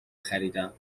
خریدم